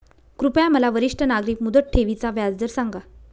कृपया मला वरिष्ठ नागरिक मुदत ठेवी चा व्याजदर सांगा